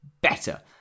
better